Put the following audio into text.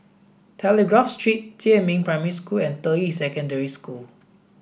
Telegraph Street Jiemin Primary School and Deyi Secondary School